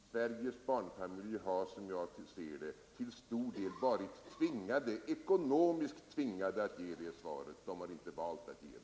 Fru talman! Sveriges barnfamiljer har, som jag ser det, till stor del varit ekonomiskt tvingade att ge det svaret. De har inte valt att ge det.